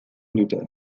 dute